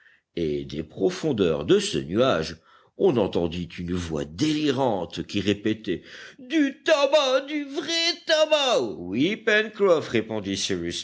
et des profondeurs de ce nuage on entendit une voix délirante qui répétait du tabac du vrai tabac oui pencroff répondit